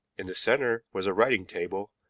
in the center was a writing table,